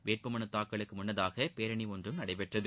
வேட்புமனுத் தாக்கலுக்கு முன்னதாக பேரணி ஒன்றும் நடைபெற்றது